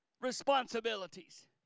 responsibilities